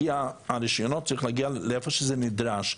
הרישיונות צריכים להגיע למקום שהם נדרשים.